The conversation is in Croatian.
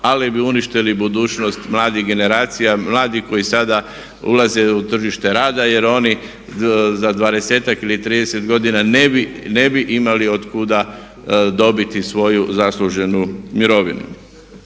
ali bi uništili budućnost mladih generacija, mladih koji sada ulaze u tržište rada jer oni za dvadesetak ili trideset godina ne bi imali od kuda dobiti svoju zasluženu mirovinu.